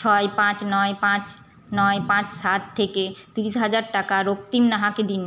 ছয় পাঁচ নয় পাঁচ নয় পাঁচ সাত থেকে তিরিশ হাজার টাকা রক্তিম নাহাকে দিন